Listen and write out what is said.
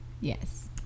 Yes